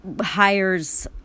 hires